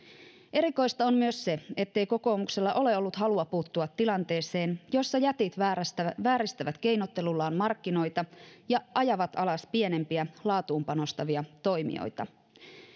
erikoista on myös se ettei kokoomuksella ole ollut halua puuttua tilanteeseen jossa jätit vääristävät vääristävät keinottelullaan markkinoita ja ajavat alas pienempiä laatuun panostavia toimijoita